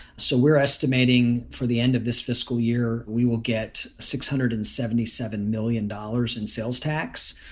so we're estimating for the end of this fiscal year, we will get six hundred and seventy seven million dollars in sales tax.